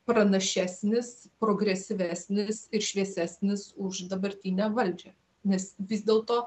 pranašesnis progresyvesnis ir šviesesnis už dabartinę valdžią nes vis dėlto